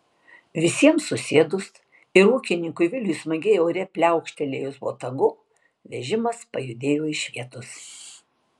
visiems susėdus ir ūkininkui viliui smagiai ore pliaukštelėjus botagu vežimas pajudėjo iš vietos